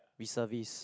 reservist